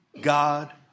God